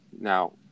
Now